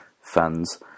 fans